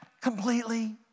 completely